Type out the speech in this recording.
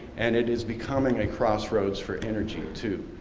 and it is becoming a crossroads for energy too.